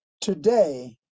today